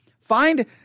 Find